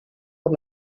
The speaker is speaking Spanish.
por